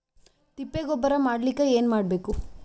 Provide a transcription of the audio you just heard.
ತಿಪ್ಪೆ ಗೊಬ್ಬರ ಮಾಡಲಿಕ ಏನ್ ಮಾಡಬೇಕು?